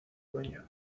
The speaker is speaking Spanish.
dueño